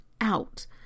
out